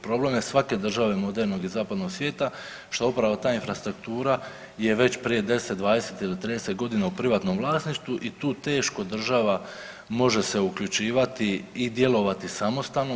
Problem je svake države modernog i zapadnog svijeta što upravo ta infrastruktura je već prije 10, 20 ili 30 godina u privatnom vlasništvu i tu teško država može se uključivati i djelovati samostalno.